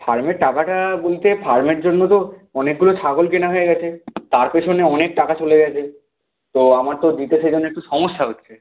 ফার্মের টাকাটা বলতে ফার্মের জন্য তো অনেকগুলো ছাগল কেনা হয়ে গেছে তার পেছনে অনেক টাকা চলে গেছে তো আমার তো দিতে সে জন্যে একটু সমস্যা হচ্ছে